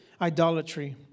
idolatry